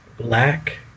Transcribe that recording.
black